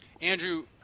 Andrew